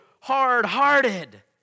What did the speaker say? hard-hearted